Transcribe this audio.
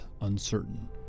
uncertain